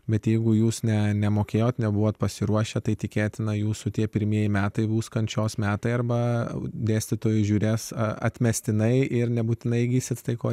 bet jeigu jūs ne nemokėjote nebuvot pasiruošę tai tikėtina jūsų tie pirmieji metai bus kančios metai arba dėstytojai žiūrės atmestinai ir nebūtinai įgysite tai ko